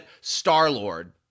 Star-Lord